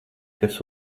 kas